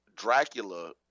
Dracula